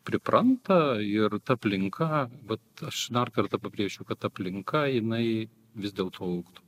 pripranta ir ta aplinka vat aš dar kartą pabrėšiu kad aplinka jinai vis dėl to augtų